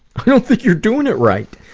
i don't think you're doing it right!